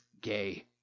gay